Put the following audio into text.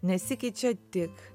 nesikeičia tik